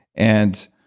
and